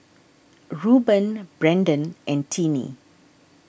Rueben Brenden and Tinie